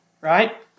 right